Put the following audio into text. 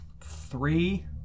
three